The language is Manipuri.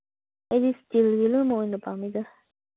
ꯑꯩꯗꯤ ꯏꯁꯇꯤꯜꯒꯤ ꯂꯣꯏꯅꯃꯛ ꯑꯣꯏꯅ ꯄꯥꯝꯃꯤꯗ